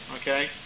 Okay